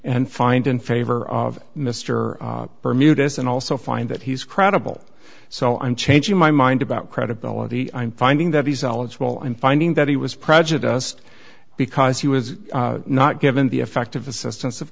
and find in favor of mr bermudez and also find that he's credible so i'm changing my mind about credibility i'm finding that he's eligible and finding that he was prejudiced because he was not given the effective assistance of